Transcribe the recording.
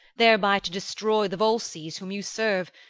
thereby to destroy the volsces whom you serve,